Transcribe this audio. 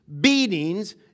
beatings